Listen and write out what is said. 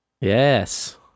Yes